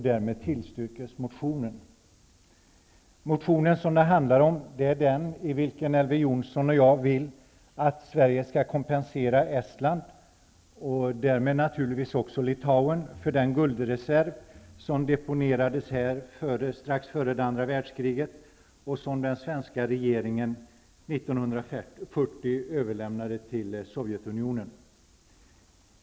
Därmed tillstyrks motion Jonsson och jag skriver att vi anser att Sverige skall kompensera Estland, och därmed naturligtvis även Litauen, för den guldreserv som deponerades här strax före andra världskriget och som den svenska regeringen 1940 överlämnade till Sovjetunionen.